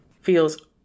feels